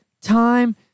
time